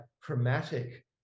chromatic